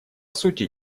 сути